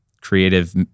creative